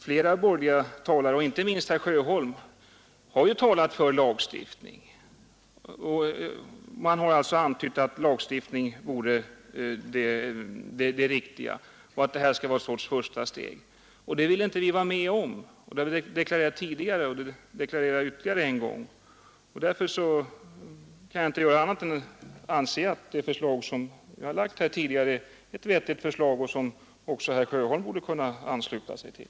Flera borgerliga talare, inte minst herr Sjöholm, har talat för lagstiftning och antytt att lagstiftning vore det riktiga. Detta skulle vara ett första steg. Det vill inte vi vara med om. Det har jag deklarerat tidigare och det kan jag deklarera ytterligare en gång. Därför kan jag inte annat än anse att det förslag som vi har framlagt är ett vettigt förslag, som också herr Sjöholm borde kunna ansluta sig till.